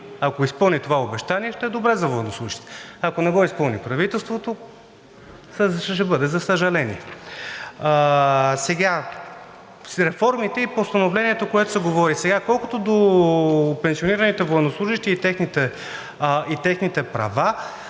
Ако изпълни това обещание, ще е добре за военнослужещите, ако не го изпълни правителството, ще бъде за съжаление. Сега за реформите и постановлението, за което се говори. Колкото до пенсионираните военнослужещи и техните права,